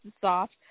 soft